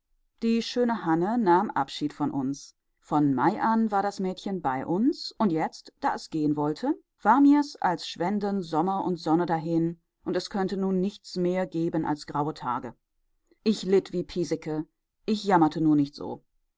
die schöne hanne nahm abschied von uns von mai an war das mädchen bei uns und jetzt da es gehen wollte war mir's als schwänden sommer und sonne dahin und es könne nun nichts mehr geben als graue tage ich litt wie piesecke ich jammerte nur nicht so